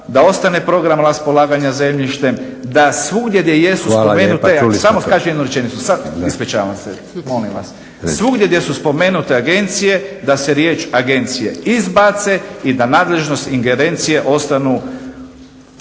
Ispričavam se, molim vas. Svugdje gdje su spomenute agencije da se riječ agencije izbace i da nadležnost ingerencije ostanu